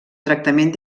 tractament